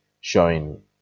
showing